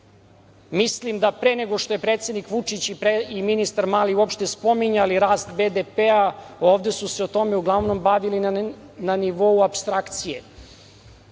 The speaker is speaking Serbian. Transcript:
da pre nego što su predsednik Vučić i ministar Mali uopšte spominjali rast BDP-a, ovde su se o tome uglavnom bavili na nivou apstrakcije.